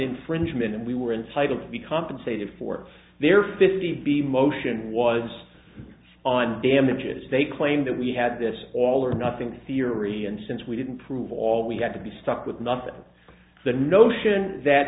infringement and we were in sight of be compensated for their fifty b motion was on damages they claimed that we had this all or nothing theory and since we didn't prove all we had to be stuck with nothing the notion that